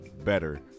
better